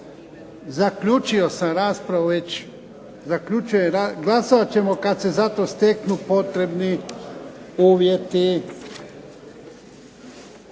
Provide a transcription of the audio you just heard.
Zaključio sam raspravu već. Glasovat ćemo kad se za to steknu potrebni uvjeti.